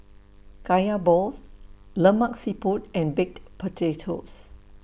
Kaya Balls Lemak Siput and Baked Potatos